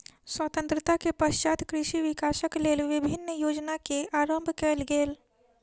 स्वतंत्रता के पश्चात कृषि विकासक लेल विभिन्न योजना के आरम्भ कयल गेल